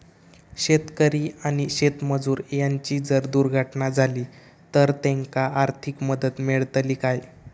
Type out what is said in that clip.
शेतकरी आणि शेतमजूर यांची जर दुर्घटना झाली तर त्यांका आर्थिक मदत मिळतली काय?